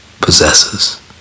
possesses